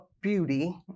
beauty